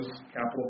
capital